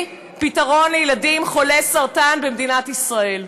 פתרון לילדים חולי סרטן במדינת ישראל.